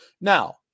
Now